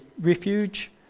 refuge